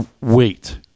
wait